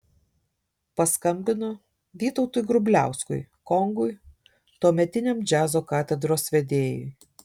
paskambino vytautui grubliauskui kongui tuometiniam džiazo katedros vedėjui